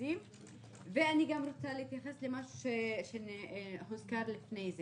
אני גם רוצה להתייחס למשהו שהוזכר לפני זה